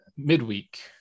midweek